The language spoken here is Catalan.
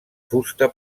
fusta